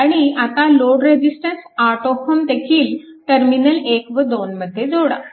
आणि आता load resistance 8Ω देखील टर्मिनल 1 व 2 मध्ये जोडा